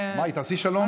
מאי, תעשי שלום.